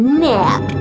nap